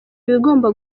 ibigomba